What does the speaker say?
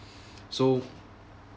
so